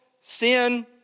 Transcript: sin